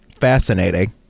fascinating